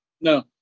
no